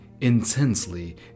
intensely